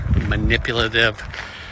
manipulative